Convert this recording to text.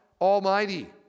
Almighty